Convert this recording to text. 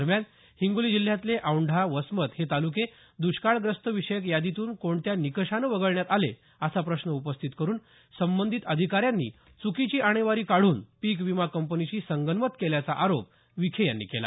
दरम्यान हिंगोली जिल्ह्यातले औैंढा वसमत हे तालुके द्ष्काळग्रस्त विषयक यादीतून कोणत्या निकषाने वगळण्यात आले असा प्रश्न उपस्थित करुन संबंधीत अधिकाऱ्यांनी च्रकीची आणेवारी काढून पिक विमा कंपनीशी संगनमत केल्याचा आरोप विखे यांनी केला